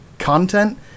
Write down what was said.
content